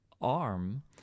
arm